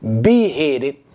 beheaded